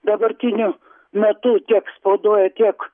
dabartiniu metu tiek spaudoj tiek